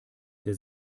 der